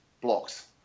blocks